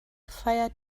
feiert